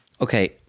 okay